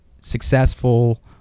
successful